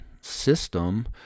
system